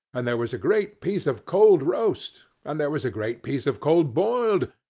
and there was a great piece of cold roast, and there was a great piece of cold boiled,